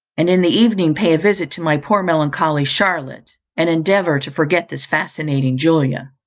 and in the evening pay a visit to my poor melancholy charlotte, and endeavour to forget this fascinating julia.